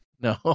No